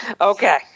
Okay